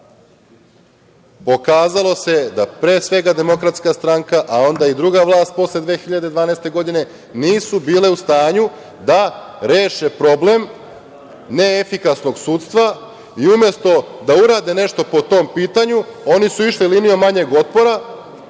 Srbiji. Pokazalo se, pre svega, da DS, a onda i druga vlast posle 2012. godine nisu bile u stanju da reše problem neefikasnog sudstva. I, umesto da urade nešto po tom pitanju oni su išli linijom manjeg otpora